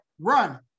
run